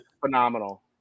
Phenomenal